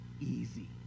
easy